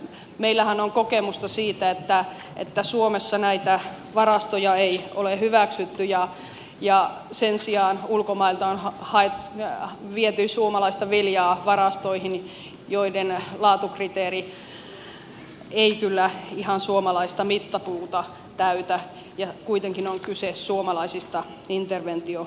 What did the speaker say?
meillähän on kokemusta siitä että suomessa näitä varastoja ei ole hyväksytty ja sen sijaan ulkomailta on viety suomalaista viljaa varastoihin joiden laatukriteeri ei kyllä ihan suomalaista mittapuuta täytä ja kuitenkin on kyse suomalaisista interventio